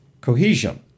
cohesion